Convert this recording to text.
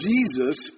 Jesus